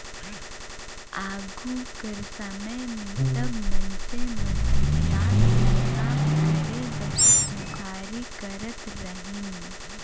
आघु कर समे मे सब मइनसे मन दात ल साफ करे बर मुखारी करत रहिन